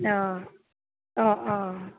অঁ অঁ অঁ